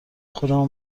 خودمو